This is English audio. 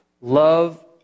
love